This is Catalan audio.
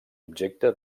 objecte